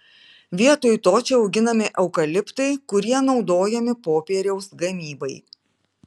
vietoj to čia auginami eukaliptai kurie naudojami popieriaus gamybai